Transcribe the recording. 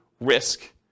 risk